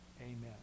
Amen